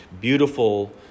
beautiful